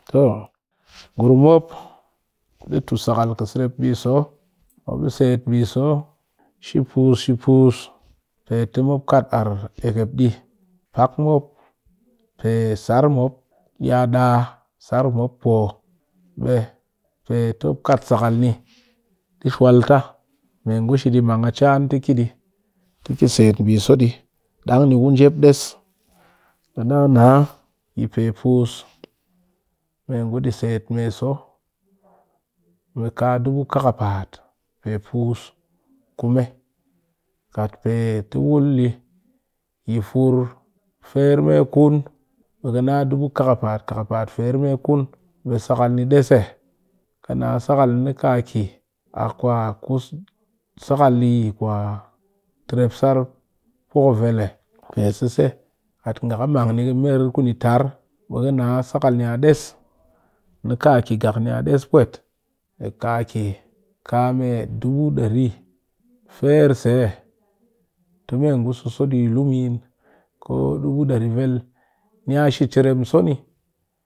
To ngurum mop di tu sakal kɨ serep mbiso, mop set mbiso shi pus shi pus pe tɨ mop kat arr eyep ɗɨ pak mop pe sar mop diya da'a sar mop poo ɓe pe ti mop kat sakal ni di swaul ta me ngu di mang a chan te kɨ set mbiso di dang niku njep des ɓe da naa yi pe pus me ngu di set so ka dubu kaapaat pe pus kume kat pe ti wul di yi fur firmi kun ɓe kɨ na dubu kaapaat kaapaat firemikun bɨ sakal ni des ee, kɨ naa sakal ni ka ki kwa kus terpsar pokuvel pe sese kat nga ka mang ni mar kuni yi tar bɨ ka na sakal niya des ni ka ki nga niya des pwet ka me dubu dari fire se tɨ me ngu soso dɨ luu mɨn ko dubu dari vel niya shi crem so ni to.